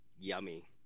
Yummy